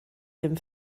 dem